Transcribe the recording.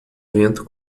vento